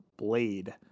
Blade